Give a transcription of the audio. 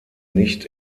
nicht